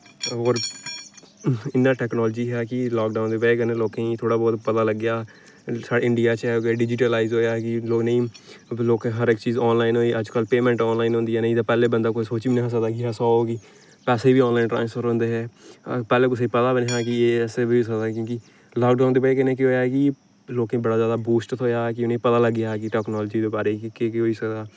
होर इयां टेक्नालाजी च हा कि लाकडाउन दी बजह कन्नै लोकें गी थोहड़ा बहूत पता लग्गेआ हून साढ़े इंडिया च डिजीटलाइज होएआ कि नेईं लोकें गी हर इक चीज आनलाइन अज्जकल पेमेंट आनलाइन होंदी ऐ नेईं ते पैह्लें बंदा कोई सोची बी नेईं सकदा हा कि ऐसा होग बी पैसे बी आनलाइन ट्रांसफर होंदे हे पैह्लें कुसै गी पता बी नेईं हा कि ऐ ऐसा बी होई सकदा क्योंकि लाकडाउन दी बजह कन्नै केह् होएआ कि लोकें बड़ा ज्यादा बूस्ट थ्होएआ कि उ'नेंगी पता लग्गेआ कि टेक्नोलाजी दे बारे च केह् केह् होई सकदा